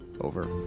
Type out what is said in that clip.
over